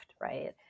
right